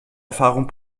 erfahrung